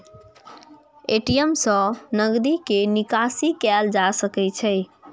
ATM सं नकदी के निकासी कैल जा सकै छै